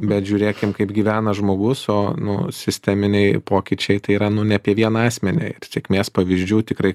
bet žiūrėkim kaip gyvena žmogus o nu sisteminiai pokyčiai tai yra nu ne apie vieną asmenį ir sėkmės pavyzdžių tikrai